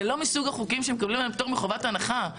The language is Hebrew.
זה לא מסוג החוקים שמקבלים עליהם פטור מחובת הנחה.